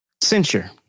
Censure